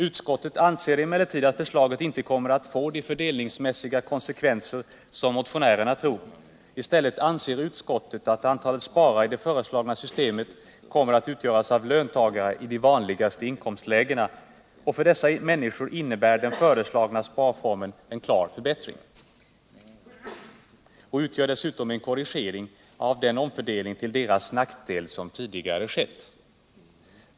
Utskottet anser emellertid att förslaget inte kommer att få de fördelningsmässiga konsekvenser som motionärerna tror att det skall få. I stället anser utskottet att antalet sparare i det föreslagna systemet kommer att utgöras av löntagare i de vanligaste inkomstlägena. För dessa människor innebär den föreslagna sparformen en klar förbättring och utgör dessutom en korrigering av den omfördelning till deras nackdel som tidigare skett.